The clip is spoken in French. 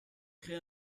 crée